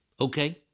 Okay